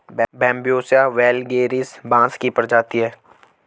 Bambusa वैलगेरिस बाँस की प्रजाति है